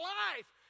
life